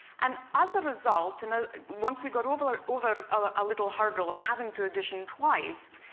and as a result, and ah once we got over ah over a little hurdle, and having to audition twice,